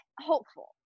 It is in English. hopeful